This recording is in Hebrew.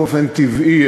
באופן טבעי,